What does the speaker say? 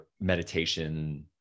meditation